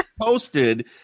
posted